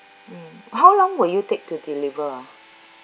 mm how long will you take to deliver ah